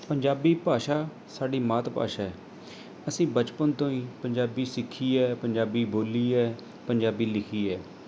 ਪੰਜਾਬੀ ਭਾਸ਼ਾ ਸਾਡੀ ਮਾਤ ਭਾਸ਼ਾ ਹੈ ਅਸੀਂ ਬਚਪਨ ਤੋਂ ਹੀ ਪੰਜਾਬੀ ਸਿੱਖੀ ਹੈ ਪੰਜਾਬੀ ਬੋਲੀ ਹੈ ਪੰਜਾਬੀ ਲਿਖੀ ਹੈ